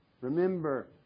Remember